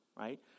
right